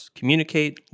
communicate